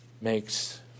makes